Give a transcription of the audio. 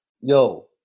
yo